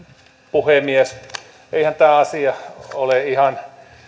puhemies eihän tämä asia ole ihan